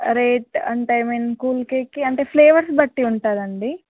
rate అంటే I mean cool కేకి అంటే ఫ్లేవర్స్ బట్టి ఉంటుందండి